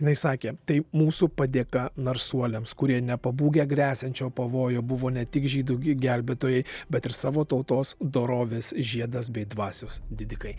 jinai sakė tai mūsų padėka narsuoliams kurie nepabūgę gresiančio pavojo buvo ne tik žydų gi gelbėtojai bet ir savo tautos dorovės žiedas bei dvasios didikai